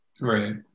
Right